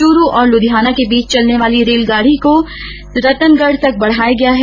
च्रु और लुधियाना के बीच चलने वाली रेलगाड़ी को रतनगढ़ तक बढ़ाया गया है